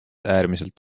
äärmiselt